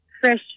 fresh